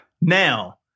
Now